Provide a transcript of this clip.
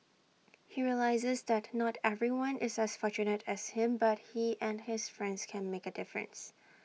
he realises that not everyone is as fortunate as him but he and his friends can make A difference